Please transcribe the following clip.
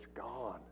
gone